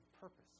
purpose